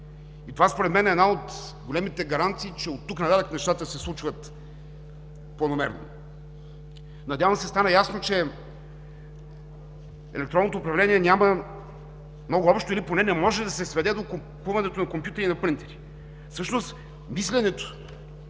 Това според мен е една от големите гаранции, че оттук нататък нещата се случват планомерно. Надявам се, стана ясно, че електронното управление няма много общо или поне не може да се сведе до купуването на компютри и на принтери. Всъщност мисленето,